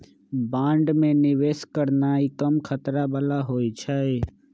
bond में निवेश करनाइ कम खतरा बला होइ छइ